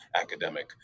academic